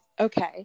Okay